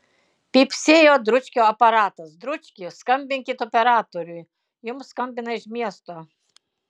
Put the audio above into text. pypsėjo dručkio aparatas dručki skambinkit operatoriui jums skambina iš miesto